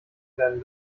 werden